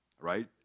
right